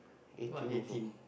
eighteen years old